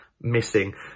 Missing